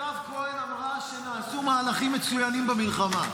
מירב כהן אמרה שנעשו מהלכים מצוינים במלחמה.